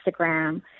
Instagram